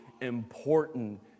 important